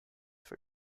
for